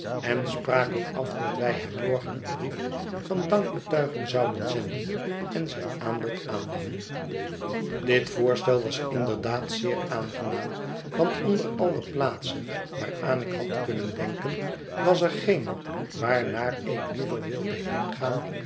en spraken af dat wij hem morgen een brief van dankbetuiging zouden zenden en zijn aanbod aannemen dit voorstel was zeer aangenaam want onder alle plaatsen waaraan ik had kunnen denken was er geene waarnaar ik liever wilde heengaan